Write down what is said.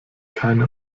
keine